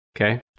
okay